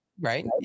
right